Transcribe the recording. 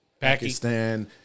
Pakistan